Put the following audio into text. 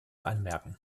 anmerken